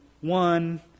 one